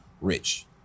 Rich